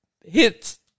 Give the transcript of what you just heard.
hits